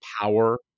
power